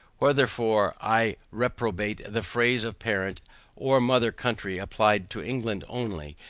wherefore i reprobate the phrase of parent or mother country applied to england only,